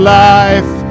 life